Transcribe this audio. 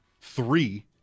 three